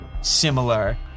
similar